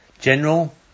general